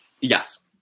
Yes